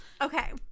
Okay